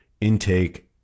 intake